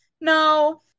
No